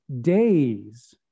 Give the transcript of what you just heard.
days